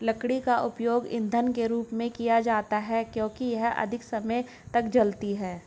लकड़ी का उपयोग ईंधन के रूप में किया जाता है क्योंकि यह अधिक समय तक जलती है